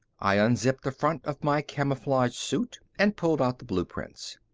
i unzipped the front of my camouflage suit and pulled out the blueprints.